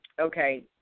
Okay